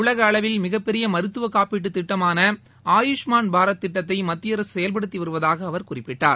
உலக அளவில் மிகப்பெரிய மருத்துவ காப்பீட்டுத் திட்டமான ஆயுஷ்மான் பாரத் திட்டத்தை மத்திய அரசு செயல்படுத்தி வருவதாக அவர் குறிப்பிட்டார்